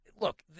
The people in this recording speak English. look